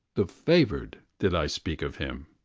the favoured, did i speak of him.